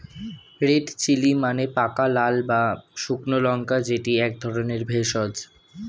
red chilli মানে পাকা লাল বা শুকনো লঙ্কা যেটি এক ধরণের ভেষজ